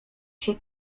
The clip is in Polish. się